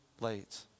late